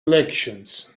elections